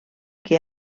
que